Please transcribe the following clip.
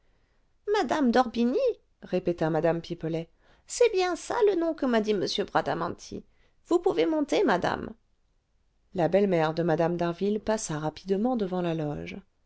mme d'orbigny répéta mme pipelet c'est bien ça le nom que m'a dit m bradamanti vous pouvez monter madame la belle-mère de mme d'harville passa rapidement devant la loge